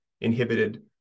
inhibited